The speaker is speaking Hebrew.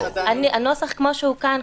לנוסח כמו שהוא כאן,